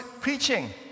preaching